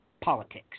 politics